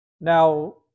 Now